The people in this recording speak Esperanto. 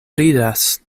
ridas